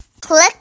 click